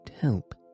help